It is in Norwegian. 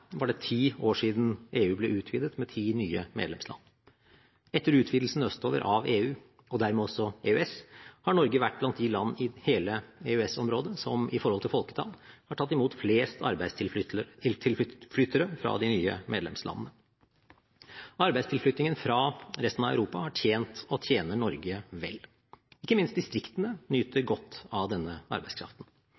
var det ti år siden EU ble utvidet med ti nye medlemsland. Etter utvidelsen østover av EU – og dermed også EØS – har Norge vært blant de land i hele EØS-området som i forhold til folketall har tatt imot flest arbeidstilflyttere fra de nye medlemslandene. Arbeidstilflyttingen fra resten av Europa har tjent og tjener Norge vel. Ikke minst distriktene nyter